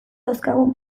dauzkagun